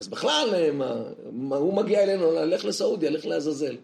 אז בכלל.. הוא מגיע אלינו.. לך לסעודיה, לך לעזאזל.